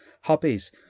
hobbies